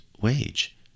wage